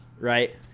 right